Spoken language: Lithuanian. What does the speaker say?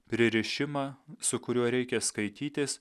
pririšimą su kuriuo reikia skaitytis